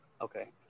Okay